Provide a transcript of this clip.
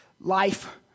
life